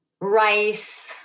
rice